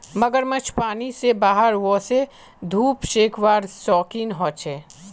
मगरमच्छ पानी से बाहर वोसे धुप सेकवार शौक़ीन होचे